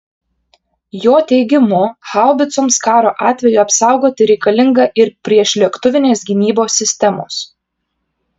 jo teigimu haubicoms karo atveju apsaugoti reikalinga ir priešlėktuvinės gynybos sistemos